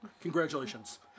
Congratulations